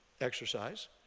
exercise